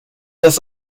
dass